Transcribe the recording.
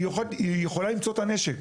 היא יכולה למצוא את הנשק,